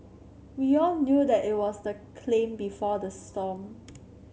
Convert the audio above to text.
we all knew that it was the claim before the storm